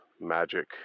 magic